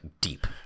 deep